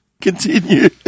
Continue